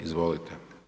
Izvolite.